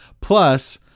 Plus